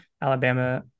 Alabama